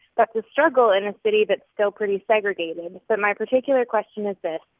that's a struggle in a city that's still pretty segregated but my particular question is this.